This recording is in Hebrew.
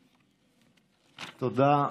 תודה.